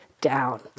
down